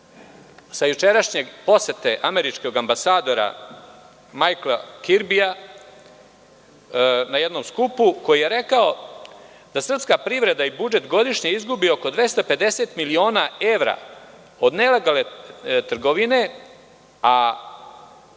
sa jučerašnje posete američkog ambasadora Majkla Kirbija na jednom skupu, koji je rekao da srpska privreda i budžet godišnje izgubi oko 250 miliona evra od nelegalne trgovine,